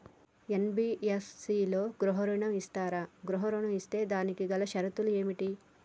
NBFC లలో గృహ ఋణం ఇస్తరా? గృహ ఋణం ఇస్తే దానికి గల షరతులు ఏమిటి?